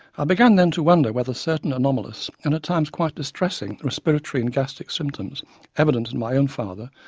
i began then to wonder whether certain anomalous and at times quite distressing respiratory and gastric symptoms evident in my own father,